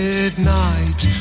Midnight